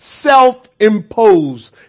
self-imposed